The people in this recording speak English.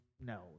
No